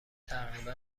تقریبا